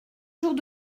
jours